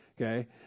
Okay